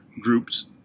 groups